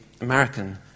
American